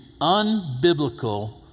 unbiblical